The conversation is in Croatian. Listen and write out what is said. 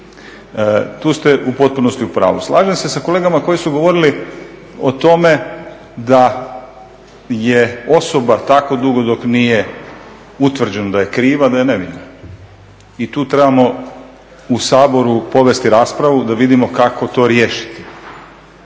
Tu ste u potpunosti u pravu. Slažem se sa kolegama koji su govorili o tome da je osoba tako dugo dok nije utvrđeno da je kriva da je nevina i tu trebamo u Saboru povesti raspravu da vidimo kako to riješiti.